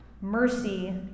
Mercy